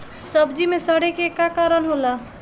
सब्जी में सड़े के का कारण होला?